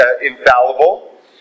infallible